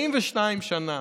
42 שנה.